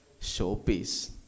showpiece